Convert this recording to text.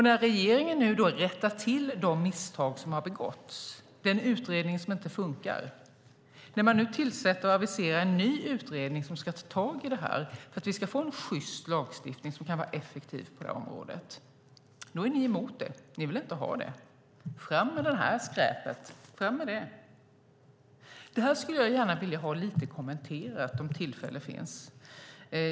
När regeringen nu rättar till de misstag som har begåtts, den utredning som inte funkar, när man aviserar och tillsätter en ny utredning som ska ta tag i det här för att vi ska få en sjyst lagstiftning som kan vara effektiv på det här området är ni emot det. Ni vill inte ha det. Fram med det här skräpet! Fram med promemorian! Det här skulle jag gärna vilja ha lite kommenterat om tillfälle finns.